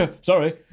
sorry